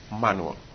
manual